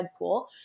Deadpool